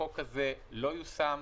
החוק הזה לא יושם.